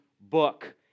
book